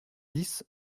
dix